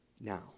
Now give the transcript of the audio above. Now